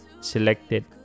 selected